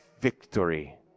victory